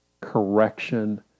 correction